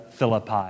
Philippi